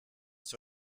sur